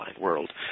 world